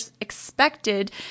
expected